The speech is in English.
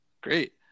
Great